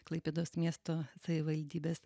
klaipėdos miesto savivaldybės